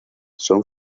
son